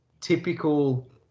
Typical